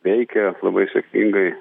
veikia labai sėkmingai